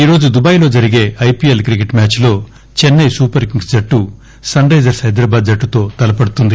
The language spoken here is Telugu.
ఈరోజు దుబాయ్లో జరిగే ఐపిఎల్ క్రికెట్మ్యాచ్లో చెస్సై సూపర్ కింగ్స్ జట్టు సన్ రైజర్స్హైదరాబాద్ జట్టుతో తలపడుతుంది